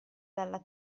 dalla